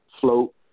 float